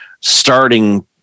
starting